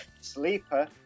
Sleeper